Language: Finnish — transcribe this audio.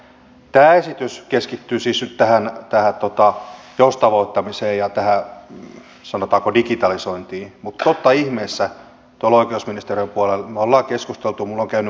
tämä esitys keskittyy siis nyt tähän joustavoittamiseen ja tähän sanotaanko digitalisointiin mutta totta ihmeessä tuolla oikeusministeriön puolella me olemme keskustelleet muustakin